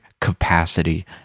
capacity